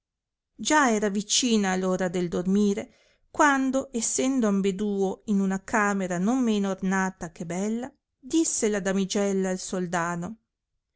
già era vicina ora del dormire quando essendo ambeduo in una camera non meno ornata che bella disse la damigella al soldano